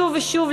שוב ושוב,